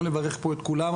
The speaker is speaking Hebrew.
לא נברך פה את כולם.